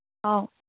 অঁ